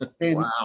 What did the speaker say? wow